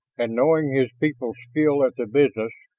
and knowing his people's skill at the business,